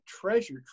treasure